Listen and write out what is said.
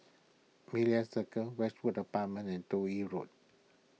Media Circle Westwood Apartments and Toh Yi Road